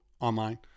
online